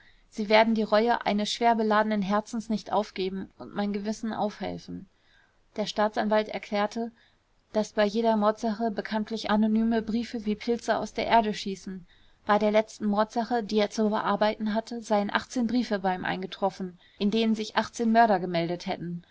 sie werden die reue eines schwer beladenen herzens nicht aufgeben und mein gewissen aufhelfen der staatsanwalt erklärte daß bei jeder mordsache bekanntlich anonyme briefe wie pilze aus der erde schießen bei der letzten mordsache die er zu bearbeiten hatte seien briefe bei ihm eingetroffen in denen sich mörder gemeldet hätten